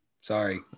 sorry